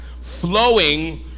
flowing